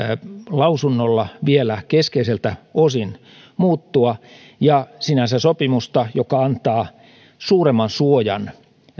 lausunnolla vielä keskeiseltä osin muuttua ja sinänsä sopimusta joka antaa suuremman suojan